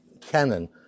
canon